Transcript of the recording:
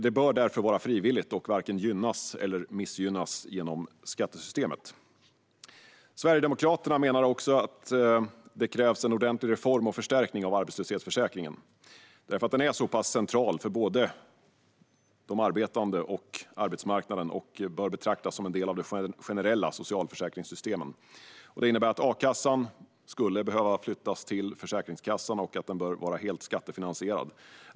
Därför bör det vara frivilligt och varken gynnas eller missgynnas genom skattesystemet. Sverigedemokraterna menar att det krävs en ordentlig reform och förstärkning av arbetslöshetsförsäkringen. Den är så pass central för både de arbetande och arbetsmarknaden att den bör betraktas som en del av de generella socialförsäkringssystemen. Det innebär att a-kassan skulle behöva flyttas till Försäkringskassan och att den bör vara helt skattefinansierad.